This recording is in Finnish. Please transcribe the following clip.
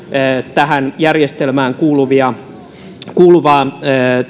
tähän järjestelmään kuuluvaa